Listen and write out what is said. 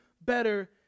better